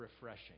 refreshing